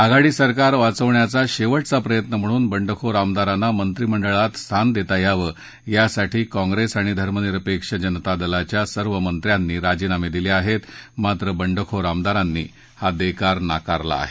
आघाडी सरकार वाचवण्याचा शेवटचा प्रयत्न म्हणून बंडखोर आमदारांना मंत्रीमंडळात स्थान देता यावं यासाठी काँग्रेस आणि धर्मनिरपेक्ष जनता दलाच्या सर्व मंत्र्यांनी राजीनाम दिले आहेत मात्र बंडखोर आमदारांनी हा देकार नाकारला आहे